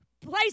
place